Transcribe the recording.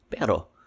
Pero